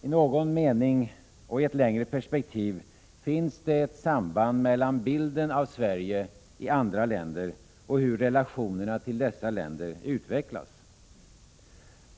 I någon mening och i ett längre perspektiv finns ett samband mellan bilden av Sverige i andra länder och hur relationerna till dessa länder utvecklas.